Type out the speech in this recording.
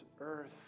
earth